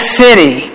city